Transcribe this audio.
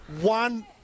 One